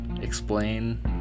explain